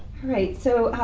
right. so